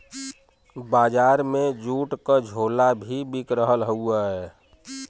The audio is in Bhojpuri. बजार में जूट क झोला भी बिक रहल हउवे